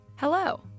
Hello